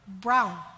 brown